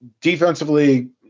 Defensively